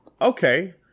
okay